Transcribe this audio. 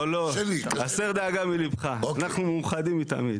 לא, לא, הסדר דאגה מליבך, אנחנו מאוחדים מתמיד.